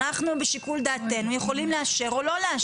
אנחנו בשיקול דעתנו יכולים לאשר או לא לאשר.